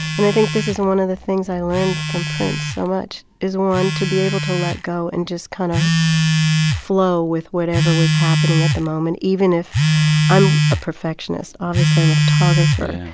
and i think this is one of the things i learned from prince so much is, one, to be able to let go and just kind of flow with whatever was happening at the moment, even if i'm a perfectionist, obviously. i'm a photographer.